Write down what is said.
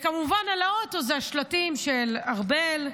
כמובן על האוטו השלטים של ארבל,